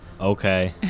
Okay